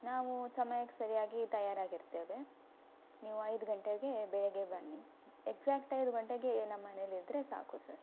ನಾವು ಸಮಯಕ್ಕೆ ಸರಿಯಾಗಿ ತಯಾರಾಗಿರ್ತೇವೆ ನೀವು ಐದು ಗಂಟೆಗೆ ಬೆಳಗ್ಗೆ ಬನ್ನಿ ಎಕ್ಸಾಕ್ಟ್ ಐದು ಗಂಟೆಗೆ ನಮ್ಮ ಮನೇಲಿದ್ರೆ ಸಾಕು ಸರ್